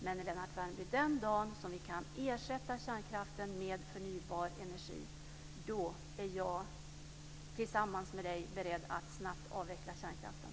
Men, Lennart Värmby, den dag då vi kan ersätta kärnkraften med förnybar energi är jag tillsammans med Lennart Värmby beredd att snabbt avveckla kärnkraften.